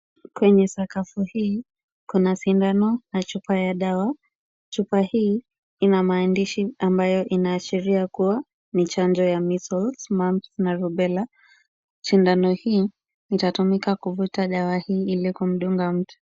Kwenye sakafu hii, kuna sindano na chupa ya dawa. Chupa hii ina maandishi ambayo inaashiria kuwa ni chanjo ya Measles, Mumps na Rubella . Sindano hii itatumika kuvuta dawa hii ili kumdunga mtu.